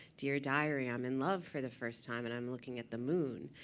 dear diary, i'm in love for the first time, and i'm looking at the moon.